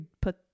put